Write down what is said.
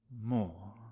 more